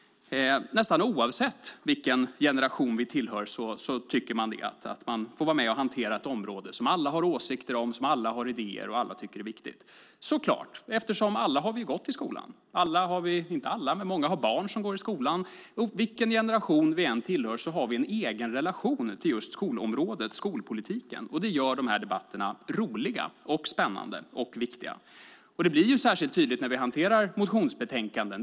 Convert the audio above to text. Nästan oavsett vilken generation man tillhör tycker man att man får vara med och hantera ett område som alla har åsikter och idéer om och som alla tycker är viktigt. Naturligtvis, för alla har vi gått i skolan. Många av oss har barn som går i skolan. Vilken generation vi än tillhör har vi en egen relation till just skolområdet och skolpolitiken. Det gör de här debatterna roliga, spännande och viktiga. Detta blir särskilt tydligt när vi hanterar motionsbetänkanden.